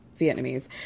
vietnamese